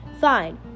Fine